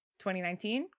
2019